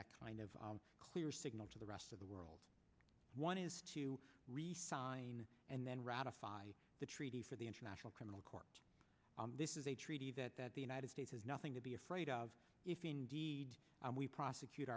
that kind of clear signal to the rest of the world one is to resign and then ratify the treaty for the international criminal court this is a treaty that that the united states has nothing to be afraid of if indeed we prosecute